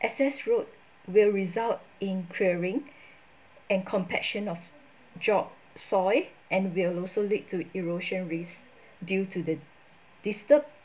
access road will result in clearing and compaction of topsoil and will also lead to erosion risk due to the disturb